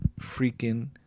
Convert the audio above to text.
freaking